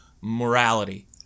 morality